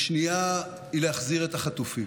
השנייה היא להחזיר את החטופים.